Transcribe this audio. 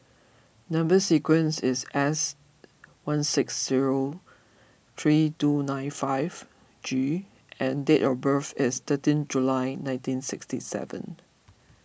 Number Sequence is S one six zero three two nine five G and date of birth is thirteen July nineteen sixty seven